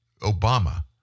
Obama